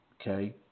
Okay